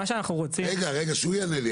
מה שאנחנו רוצים --- רגע, רגע, שהוא יענה לי.